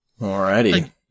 Alrighty